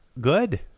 Good